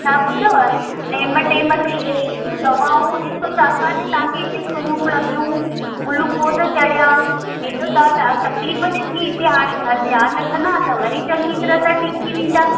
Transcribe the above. छा ॿुधव नेम टेम ते गोरियूं दवाऊं ॾिसो छाकाणि त तव्हांखे हिते सुयूं लॻियूं गुलुकोस चढ़िया हेॾो तव्हां तकलीफ़ु ॾिठी हिते हाणे घरि ध्यानु रखंदा त वरी चङी तरह सां ठीकु थी वेंदा